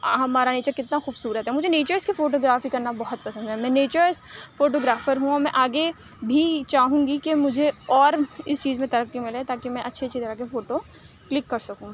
ہمارا نیچر کتنا خوبصورت ہے مجھے نیچرز کی فوٹو گرافی کرنا بہت پسند ہے میں نیچرز فوٹو گرافر ہوں اور میں آگے بھی چاہوں گی کہ مجھے اور اِس چیز میں ترقی ملے تاکہ میں اچھی اچھی طرح کے فوٹو کلک کر سکوں